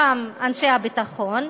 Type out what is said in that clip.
גם אנשי הביטחון,